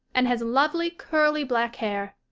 and has lovely, curly, black hair.